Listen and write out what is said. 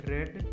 Red